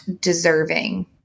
deserving